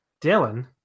Dylan